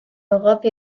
europe